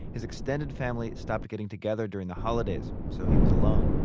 his extended family stopped getting together during the holidays, so he was alone,